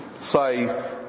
say